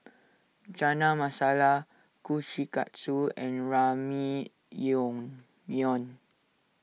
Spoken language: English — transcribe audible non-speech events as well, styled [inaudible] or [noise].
Chana Masala Kushikatsu and [unintelligible]